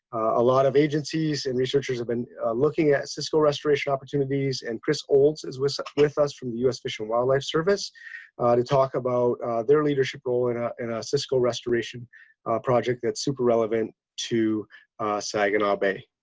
a lot of agencies and researchers have been looking at cisco restoration opportunities and chris olds is with with us from the u s fish and wildlife service to talk about their leadership role in ah a ah cisco restoration project that's super relevant to saginaw bay.